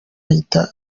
ahita